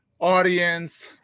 audience